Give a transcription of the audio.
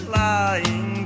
lying